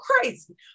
crazy